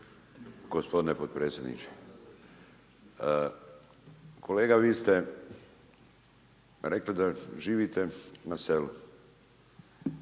gospodine potpredsjedniče. Kolega vi ste rekli da živite na selu,